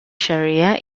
sharia